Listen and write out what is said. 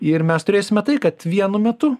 ir mes turėsime tai kad vienu metu